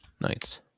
Nice